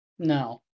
No